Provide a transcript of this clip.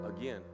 again